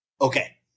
Okay